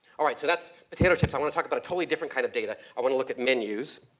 all right so that's potato chips i want to talk about a totally different kind of data, i want to look at menus.